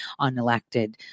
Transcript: unelected